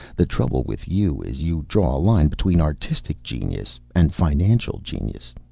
the trouble with you is you draw a line between artistic genius and financial genius.